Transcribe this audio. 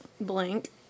blank